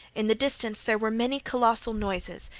in the distance there were many colossal noises,